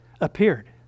appeared